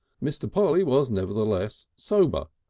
mr. polly was nevertheless sober,